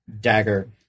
dagger